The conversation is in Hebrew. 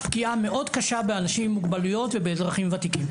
פגיעה מאוד קשה באנשים עם מוגבלויות ובאזרחים ותיקים.